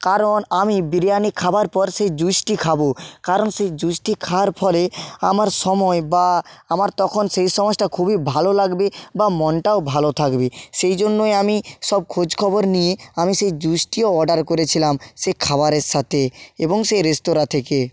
কারণ আমি বিরিয়ানি খাবার পর সেই জুসটি খাব কারণ সেই জুসটি খাওয়ার ফলে আমার সময় বা আমার তখন সেই সময়টা খুবই ভালো লাগবে বা মনটাও ভালো থাকবে সেই জন্যই আমি সব খোঁজ খবর নিয়ে আমি সেই জুসটিও অর্ডার করেছিলাম সে খাবারের সাথে এবং সেই রেস্তোরাঁ থেকে